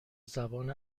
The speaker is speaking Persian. زبان